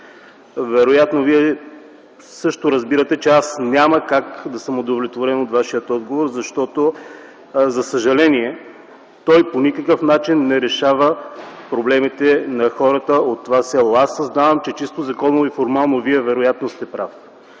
вероятно Вие също разбирате, че аз няма как да съм удовлетворен от Вашия отговор, защото, за съжаление, той по никакъв начин не решава проблемите на хората от това село. Съзнавам, че чисто законово и формално Вие вероятно сте прав,